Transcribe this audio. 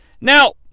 Now